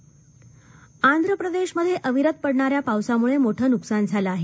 आंध्र पाऊस आंध्र प्रदेशमध्ये अविरत पडणाऱ्या पावसामुळं मोठं नुकसान झालं आहे